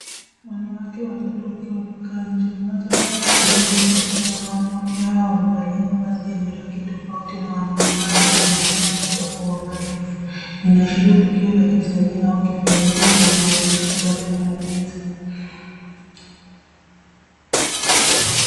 Wanawake watatu wakiwa wamekaa nje mmoja wao akiwa ameshikilia mtoto mchanga ,wanawake hawa wamevalia mavazi yenye rangi tofauti na wanaonekana wakimtunza mtoto kwa uangalifu. Inaashiria tukio la kijamii au kifamilia , inaonyesha upendo na malizi.